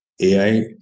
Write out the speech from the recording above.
AI